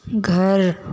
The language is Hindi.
घर